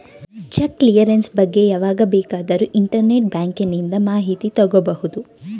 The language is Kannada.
ಚೆಕ್ ಕ್ಲಿಯರೆನ್ಸ್ ಬಗ್ಗೆ ಯಾವಾಗ ಬೇಕಾದರೂ ಇಂಟರ್ನೆಟ್ ಬ್ಯಾಂಕಿಂದ ಮಾಹಿತಿ ತಗೋಬಹುದು